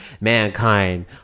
Mankind